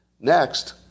Next